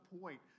point